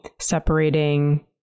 separating